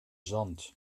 zand